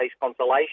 consolation